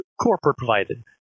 corporate-provided